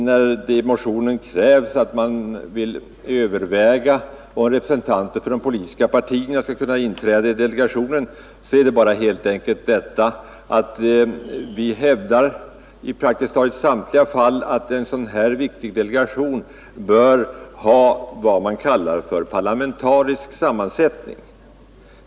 När det i motionen krävs att man skulle överväga, om representanter för de politiska partierna skulle kunna inträda i delegationen, gäller det bara helt enkelt att vi i praktiskt taget samtliga fall hävdar, att en sådan här viktig delegation bör ha vad man kallar parlamentarisk sammansättning.